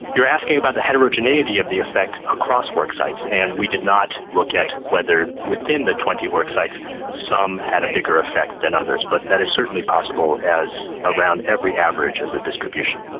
you're asking about the heterogeneity of the effect across worksites and we did not look at whether within the twenty worksites some had a bigger effect than others, but that is certainly possible as around every average is a distribution.